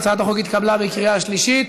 הצעת החוק התקבלה בקריאה שלישית